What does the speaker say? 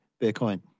Bitcoin